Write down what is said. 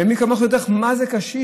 ומי כמוך יודע מה זה קשיש.